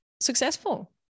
successful